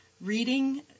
Reading